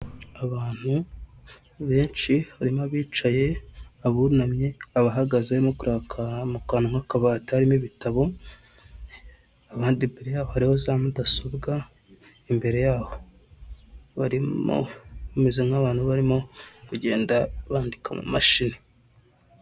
Abantu benshi barimo bicaye, abunamye, abahagaze, no mu kuri akantu nk'akabati, karimo ibitabo abandi abandi bariho za mudasobwa imbere yaho barimo bameze nk'abantu barimo kugenda bandika mu mashini.